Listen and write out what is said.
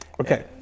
Okay